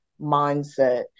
mindset